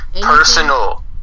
Personal